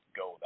go